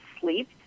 sleep